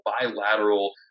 bilateral